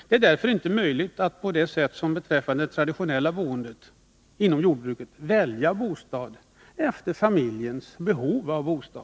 Det är därför inte möjligt att inom jordbruket, på det sätt som man kan göra vid traditionellt boende, välja bostad efter familjens behov.